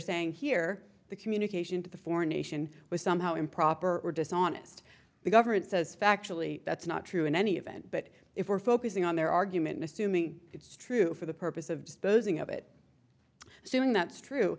saying here the communication to the foreign nation was somehow improper or dishonest the government says factually that's not true in any event but if we're focusing on their argument assuming it's true for the purpose of disposing of it soon that's true